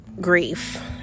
grief